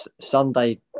Sunday